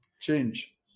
Change